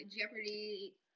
Jeopardy